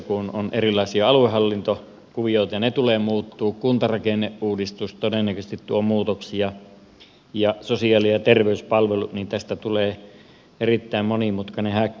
kun on erilaisia aluehallintokuvioita ja ne tulevat muuttumaan kuntarakenneuudistus todennäköisesti tuo muutoksia ja sosiaali ja terveyspalvelut niin tästä tulee erittäin monimutkainen häkkyrä